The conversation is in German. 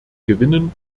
gewinnen